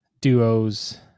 Duos